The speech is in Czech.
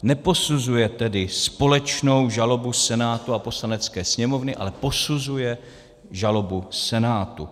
Neposuzuje tedy společnou žalobu Senátu a Poslanecké sněmovny, ale posuzuje žalobu Senátu.